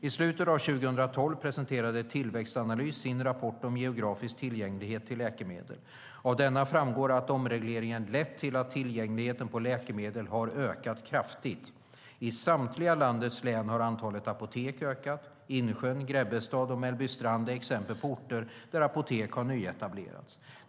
I slutet av 2012 presenterade Tillväxtanalys sin rapport om geografisk tillgänglighet till läkemedel. Av denna framgår att omregleringen lett till att tillgängligheten till läkemedel har ökat kraftigt. I samtliga landets län har antalet apotek ökat. Insjön, Grebbestad och Mellbystrand är exempel på orter där apotek har nyetablerats.